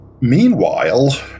Meanwhile